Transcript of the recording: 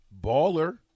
Baller